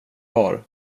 var